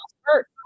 hurt